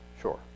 Sure